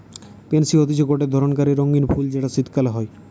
pansy হতিছে গটে ধরণকার রঙ্গীন ফুল যেটা শীতকালে হই